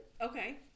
Okay